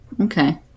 Okay